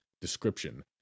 Description